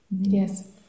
Yes